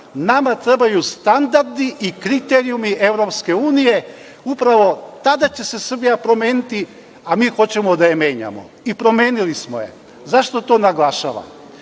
Nama trebaju standardi i kriterijumi EU. Upravo tada će se Srbija promeniti, a mi hoćemo da je menjamo i promenili smo je. Zašto to naglašavam?